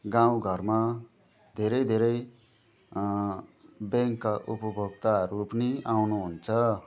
गाउँघरमा धेरै धेरै ब्याङ्कका उपभोक्ताहरू पनि आउनुहुन्छ